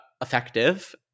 effective